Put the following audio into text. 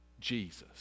Jesus